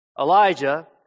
Elijah